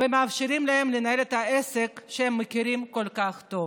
ומאפשרים להם לנהל את העסק שהם מכירים כל כך טוב.